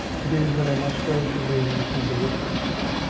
it is that i must go to rheims and be a priest.